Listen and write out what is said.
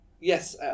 yes